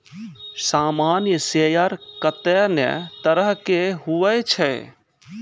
सामान्य शेयर कत्ते ने तरह के हुवै छै